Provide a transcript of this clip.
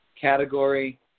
category